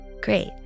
Great